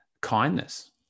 kindness